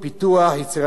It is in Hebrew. שמירה על קטינים.